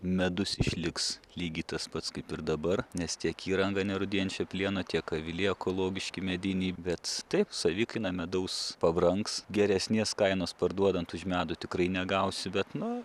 medus išliks lygiai tas pats kaip ir dabar nes tiek įranga nerūdijančio plieno tiek aviliai ekologiški mediniai bet taip savikaina medaus pabrangs geresnės kainos parduodant už medų tikrai negausi bet nu